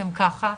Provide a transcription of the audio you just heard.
אתם ככה.